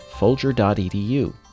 Folger.edu